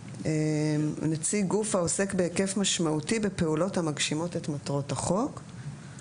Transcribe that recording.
(6)נציג גוף העוסק בהיקף משמעותי בפעולות המגשימות את מטרות החוק,